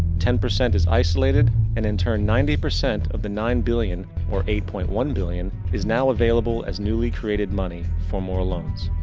ten percent is isolated and in turn ninety percent of the nine billion, or eight point one billion is now availlable as newly created money for more loans.